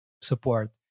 support